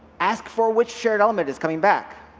ask for which shared element is coming back